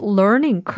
learning